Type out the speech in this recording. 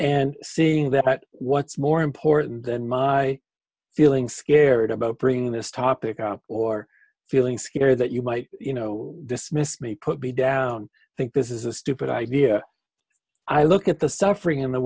and seeing that what's more important than my feeling scared about bringing this topic up or feeling scared that you might you know dismiss me put me down think this is a stupid idea i look at the suffering in the